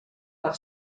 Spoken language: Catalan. per